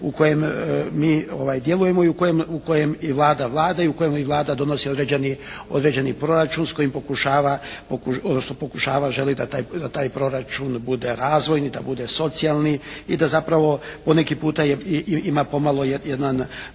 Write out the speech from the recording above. u kojem mi djelujemo i u kojem i Vlada vlada i u kojem i Vlada donosi određeni proračun s kojim pokušava, želi da taj proračun bude razvojni, da bude socijalni i da zapravo po neki puta ima pomalo jedan